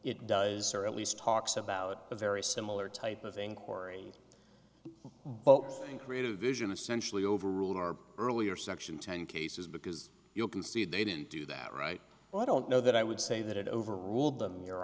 it does or at least talks about a very similar type of inquiry both in creative vision essentially overruled or earlier section ten cases because you can see they didn't do that right i don't know that i would say that it overruled them your